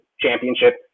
championship